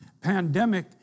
pandemic